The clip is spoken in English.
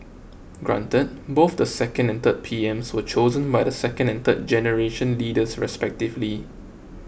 granted both the second and third PMs were chosen by the second and third generation leaders respectively